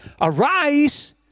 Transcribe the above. arise